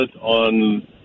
on